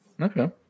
Okay